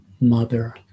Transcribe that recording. mother